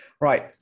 Right